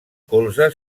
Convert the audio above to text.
colze